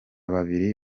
babiri